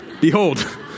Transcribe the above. Behold